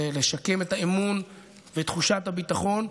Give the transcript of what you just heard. לשקם את האמון ואת תחושת הביטחון.